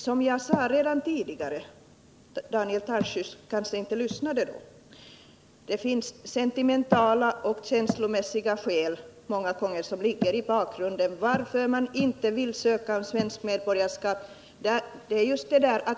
Som jag sade redan tidigare — Daniel Tarschys kanske inte lyssnade — ligger många gånger sentimentala och känslomässiga skäl i bakgrunden, när man inte vill ansöka om svenskt medborgarskap.